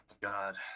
God